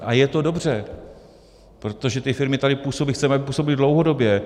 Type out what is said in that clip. A je to dobře, protože ty firmy tady působí a chceme, aby působily dlouhodobě.